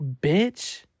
bitch